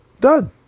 Done